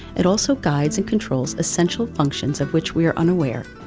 it also guides and controls essential functions of which we're unaware,